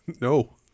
No